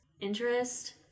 interest